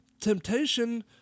temptation